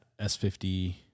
S50